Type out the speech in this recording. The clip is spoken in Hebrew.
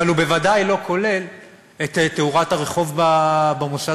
אבל הוא בוודאי לא כולל את תאורת הרחוב במוסד